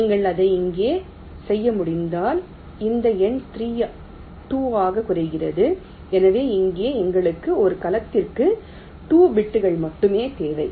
நீங்கள் இதை இங்கே செய்ய முடிந்தால் இந்த எண் 3 2 ஆக குறைகிறது எனவே இங்கே எங்களுக்கு ஒரு கலத்திற்கு 2 பிட்கள் மட்டுமே தேவை